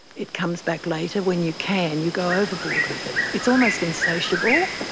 it comes back later. when you can, you go overboard with it. it's almost insatiable,